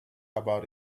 about